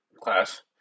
class